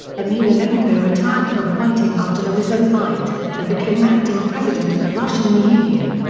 emelianenko retired from fighting after the rizzo fight, and became acting president of the russian mma union.